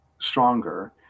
stronger